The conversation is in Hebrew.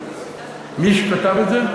מי כתב את זה?